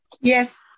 Yes